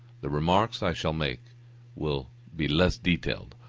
the remarks i shall make will be less detailed,